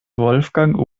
wolfgang